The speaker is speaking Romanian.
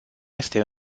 este